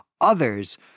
others